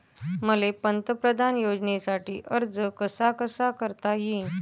मले पंतप्रधान योजनेसाठी अर्ज कसा कसा करता येईन?